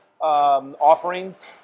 offerings